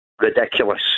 ridiculous